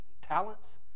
talents